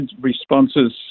responses